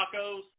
tacos